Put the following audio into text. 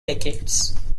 decades